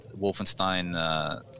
Wolfenstein